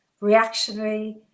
reactionary